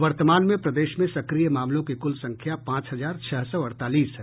वर्तमान में प्रदेश में सक्रिय मामलों की कुल संख्या पांच हजार छह सौ अडतालीस है